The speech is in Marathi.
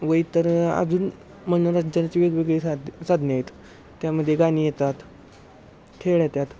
वय तर अजून मनोरंजनाची वेगवेगळी साध साधने आहेत त्यामध्ये गाणी येतात खेळ येतात